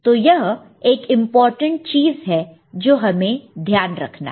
तो यह एक इंपॉर्टेंट चीज है जो हमें ध्यान रखना है